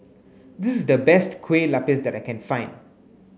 this is the best Kuih Lopes that I can find